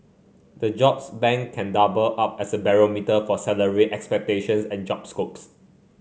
the jobs bank can double up as a barometer for salary expectations and job scopes